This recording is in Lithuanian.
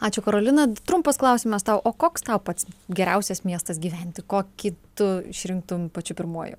ačiū karolina trumpas klausimas tau o koks tau pats geriausias miestas gyventi kokį tu išrinktum pačiu pirmuoju